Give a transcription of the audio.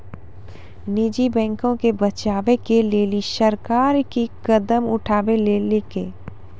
निजी बैंको के बचाबै के लेली सरकार कि कदम उठैलकै?